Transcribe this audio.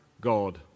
God